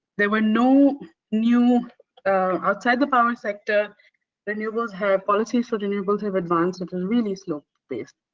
there were no new outside the power sector renewables have policies for renewables have advanced at a really slow pace.